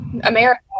America